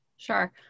Sure